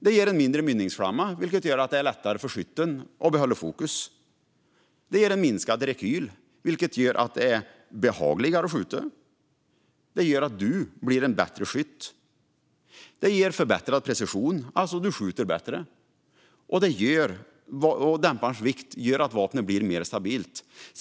Det ger en mindre mynningsflamma, vilket gör det lättare för skytten att behålla fokus. Det ger minskad rekyl, vilket gör det behagligare att skjuta och gör en till en bättre skytt. Det ger förbättrad precision, alltså att man skjuter bättre, och dämparens vikt gör vapnet mer stabilt.